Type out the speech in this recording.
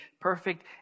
perfect